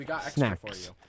snacks